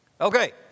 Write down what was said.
Okay